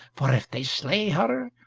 for if they slay her,